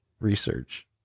research